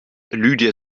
lydia